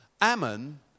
Ammon